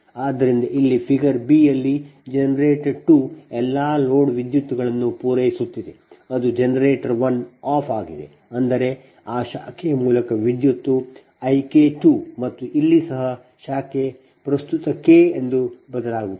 ಆದ್ದರಿಂದ ಇಲ್ಲಿ figure B ಯಲ್ಲಿ ಜನರೇಟರ್ 2 ಎಲ್ಲಾ ಲೋಡ್ ವಿದ್ಯುತ್ಅನ್ನು ಪೂರೈಸುತ್ತಿದೆ ಆದರೆ ಜನರೇಟರ್ 1 ಆಫ್ ಆಗಿದೆ ಅಂದರೆ ಈ ಶಾಖೆಯ ಮೂಲಕ ವಿದ್ಯುತ್ I K2 ಮತ್ತು ಇಲ್ಲಿ ಸಹ ಶಾಖೆ ಪ್ರಸ್ತುತ ಕೆ ಇದು ಬದಲಾಗುತ್ತದೆ